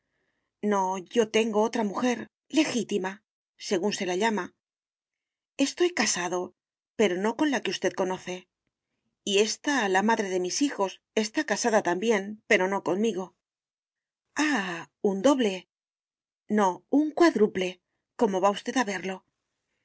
no yo tengo otra mujer legítima según se la llama estoy casado pero no con la que usted conoce y ésta la madre de mis hijos está casada también pero no conmigo ah un doble no un cuádruple como va usted a verlo